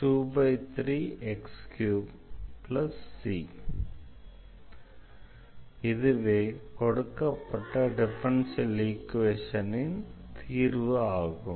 e2y2exx33c1 e2y2ex23x3c இதுவே கொடுக்கப்பட்ட differential ஈக்வேஷனின் தீர்வு ஆகும்